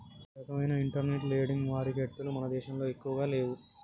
ఈ రకవైన internet lending మారికెట్టులు మన దేశంలో ఎక్కువగా లేవు